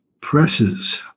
presses